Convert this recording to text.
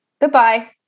Goodbye